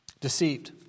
deceived